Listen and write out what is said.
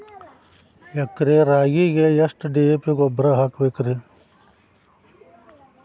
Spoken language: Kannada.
ಎಕರೆ ರಾಗಿಗೆ ಎಷ್ಟು ಡಿ.ಎ.ಪಿ ಗೊಬ್ರಾ ಹಾಕಬೇಕ್ರಿ?